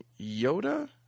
Yoda